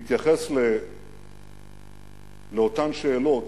התייחס לאותן שאלות